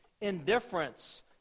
indifference